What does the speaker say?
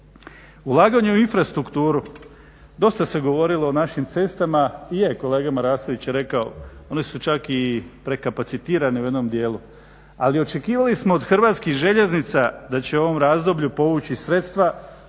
Ulaganje u infrastrukturu, dosta se govorilo o našim cestama, je kolega Marasović rekao one su čak i prekapacitirane u jednom dijelu, ali očekivali smo od HŽ-a da će u ovom razdoblju povući sredstva,